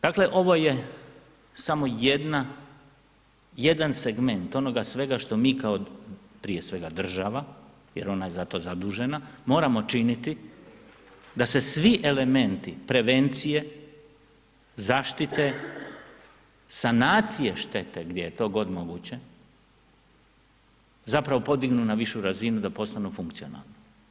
Dakle, ovo je samo jedna, jedan segment onoga svega što mi kao prije svega država, jer ona je za to zadužena, moramo činiti da se svi elementi prevencije zaštite, sanacije štete gdje je to god moguće zapravo podignu na višu razinu da postanu funkcionalni.